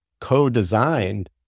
co-designed